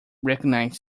recognize